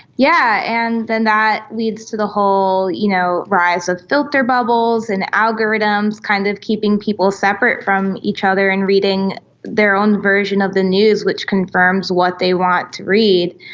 yeah and then that leads to the whole you know rise of filter bubbles and algorithms kind of keeping people separate from each other and reading their own version of the news which confirms what they want to read,